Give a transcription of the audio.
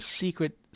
secret